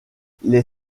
les